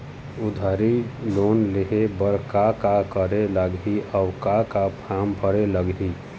उधारी लोन लेहे बर का का करे लगही अऊ का का फार्म भरे लगही?